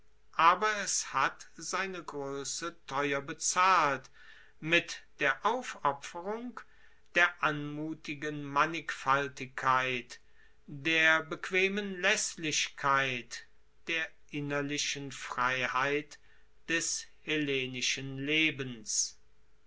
aber es hat seine groesse teuer bezahlt mit der aufopferung der anmutigen mannigfaltigkeit der bequemen laesslichkeit der innerlichen freiheit des hellenischen lebens